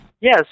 Yes